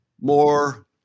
more